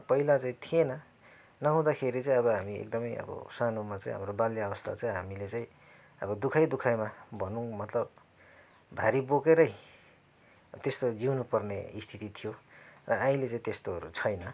र पहिला चाहिँ थिएन नहुँदाखेरि चाहिँ अब हामी एकदमै अब सानोमा चाहिँ हाम्रो बाल्य अवस्था चाँहि हामीले चाहिँ अब दुःखै दुःखमा भनौँ मतलब भारी बोकेरै त्यसतो जिउनुपर्ने स्थिति थियो र अहिले चाहिँ त्यस्तोहरू छैन